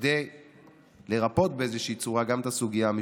כדי לרפא באיזושהי צורה גם את הסוגיה המשפטית.